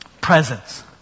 presence